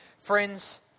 Friends